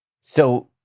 So-